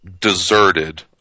deserted